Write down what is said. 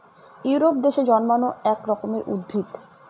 Europe দেশে জন্মানো এক রকমের উদ্ভিদ